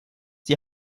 die